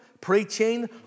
preaching